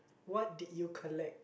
what did you collect